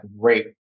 great